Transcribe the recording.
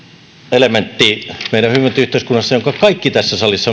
elementti meidän hyvinvointiyhteiskunnassamme minkä kaikki tässä salissa